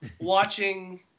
watching